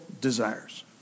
desires